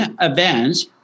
events